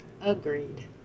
Agreed